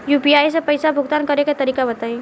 UPI से पईसा भुगतान करे के तरीका बताई?